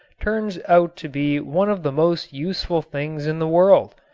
turns out to be one of the most useful things in the world.